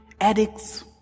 addicts